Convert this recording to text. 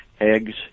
eggs